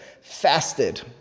fasted